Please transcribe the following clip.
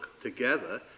together